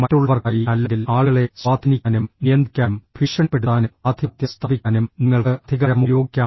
മറ്റുള്ളവർക്കായി അല്ലെങ്കിൽ ആളുകളെ സ്വാധീനിക്കാനും നിയന്ത്രിക്കാനും ഭീഷണിപ്പെടുത്താനും ആധിപത്യം സ്ഥാപിക്കാനും നിങ്ങൾക്ക് അധികാരം ഉപയോഗിക്കാം